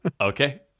Okay